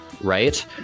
Right